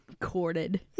Corded